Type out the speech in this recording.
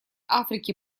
африки